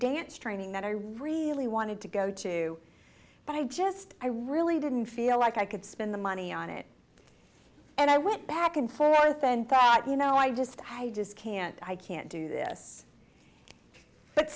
dance training that i really wanted to go to but i just i really didn't feel like i could spend the money on it and i went back and forth and thought you know i just i just can't i can't do this but